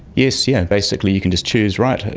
yes, yeah basically you can just choose, right,